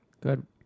Good